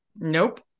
Nope